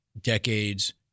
decades